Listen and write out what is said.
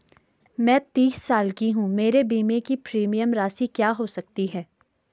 मैं तीस साल की हूँ मेरे बीमे की प्रीमियम राशि क्या हो सकती है?